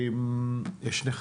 לא.